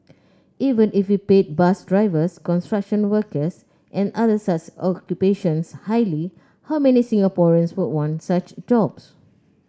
even if we paid bus drivers construction workers and other such occupations highly how many Singaporeans would want such jobs